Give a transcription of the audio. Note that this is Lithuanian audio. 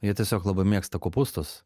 jie tiesiog labai mėgsta kopūstus